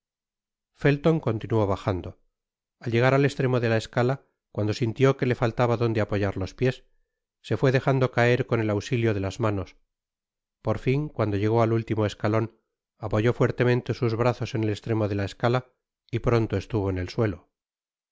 felton continuó bajando al llegar al estremo de la escala cuando sintió que le faltaba donde apoyar los piés se fué dejando caer con el ausilio de las manos por fin cuando llegó al último escalon apoyó fuertemente sus brazos en el estremo de la escala y pronto estuvo en el suelo